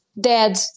dead